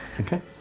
okay